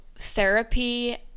therapy